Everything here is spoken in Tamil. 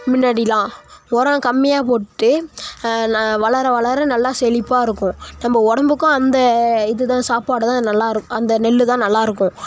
முன்னாடிலாம் ஒரம் கம்மியாக போட்டு வளர வளர நல்லா செழிப்பாக இருக்கும் நம்ம உடம்புக்கும் அந்த இது தான் சாப்பாடு தான் நல்லா இருக்கு அந்த நெல் தான் நல்லா இருக்கும்